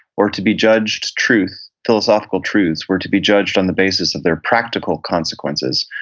or to be judged truth, philosophical truths were to be judged on the basis of their practical consequences,